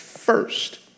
first